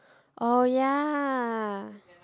oh ya